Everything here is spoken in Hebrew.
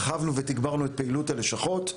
הרחבנו ותגברנו את פעילות הלשכות,